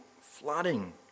flooding